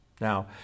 Now